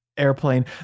airplane